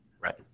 Right